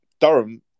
Durham